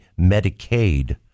Medicaid